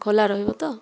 ଖୋଲା ରହିବ ତ